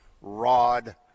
rod